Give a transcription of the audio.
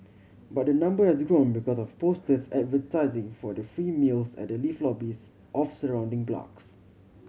but the number has grown because of posters advertising for the free meals at the lift lobbies of surrounding blocks